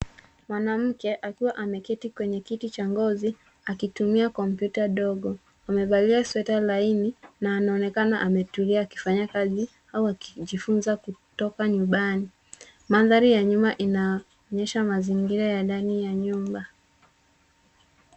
Mwanamke akiwa ameketi kwenye kiti cha ngozi akitumia kompyuta ndogo. Amevalia sweta laini na anaonekana ametulia akifanya au akijifunza kutoka nyumbani. Mandhari ya nyuma inaoonyesha mazingira ya ndani ya nyumba.